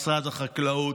משרד החקלאות,